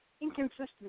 inconsistency